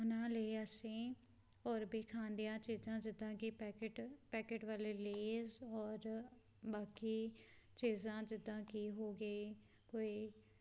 ਉਹਨਾਂ ਲਈ ਅਸੀਂ ਹੋਰ ਵੀ ਖਾਣ ਦੀਆਂ ਚੀਜ਼ਾਂ ਜਿੱਦਾਂ ਕਿ ਪੈਕਟ ਪੈਕਟ ਵਾਲੇ ਲੇਜ਼ ਔਰ ਬਾਕੀ ਚੀਜ਼ਾਂ ਜਿੱਦਾਂ ਕਿ ਹੋ ਗਏ ਕੋਈ